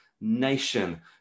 nation